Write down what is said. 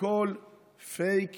הכול פייק